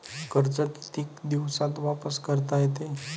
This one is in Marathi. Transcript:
कर्ज कितीक दिवसात वापस करता येते?